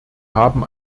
haben